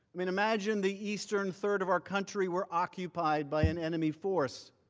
i mean imagine the eastern third of our country were occupied by an enemy force